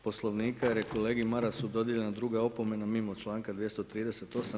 Poslovnika je kolegi Marasu dodijeljena druga opomena mimo članka 238.